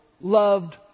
loved